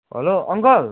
hello uncle